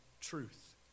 truth